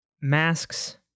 masks